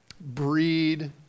breed